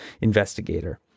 investigator